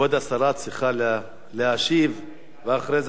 כבוד השרה צריכה להשיב, ואחרי זה